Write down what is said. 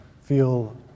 feel